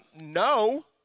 no